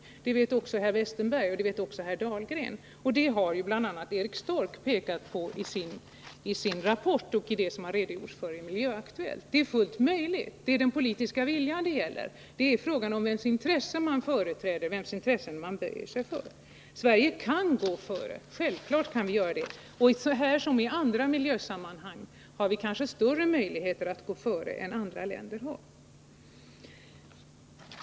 Det vet också herr Westerberg och även herr Dahlgren. Det har bl.a. Eric Stork pekat på i sin rapport och i tidningen Miljöaktuellt. Det är fullt möjligt. Det är den politiska viljan det gäller. Det är fråga om vems intressen man företräder, vems intressen man böjer sig för. Sverige kan gå före — självklart. I detta som i andra miljösammanhang har vi kanske större möjlighet att gå före än andra länder har.